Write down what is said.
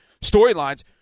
storylines